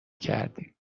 کردیم